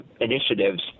initiatives